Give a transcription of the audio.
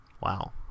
Wow